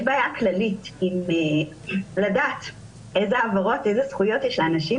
יש בעיה כללית לדעת איזה העברות ואיזה זכויות יש לאנשים,